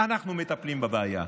אנחנו מטפלים בבעיה.